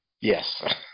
Yes